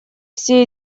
все